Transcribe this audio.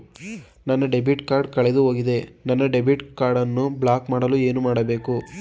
ನನ್ನ debit card ಕಳೆದುಹೋಗಿದೆ ನನ್ನ ಡೆಬಿಟ್ ಕಾರ್ಡ್ ಅನ್ನು ಬ್ಲಾಕ್ ಮಾಡಲು ಏನು ಮಾಡಬೇಕು?